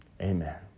Amen